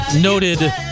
noted